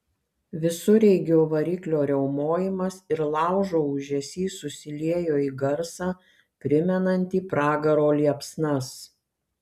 visureigio variklio riaumojimas ir laužo ūžesys susiliejo į garsą primenantį pragaro liepsnas